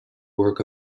work